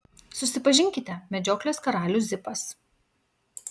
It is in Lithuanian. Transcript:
susipažinkite medžioklės karalius zipas